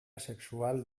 sexual